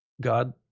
God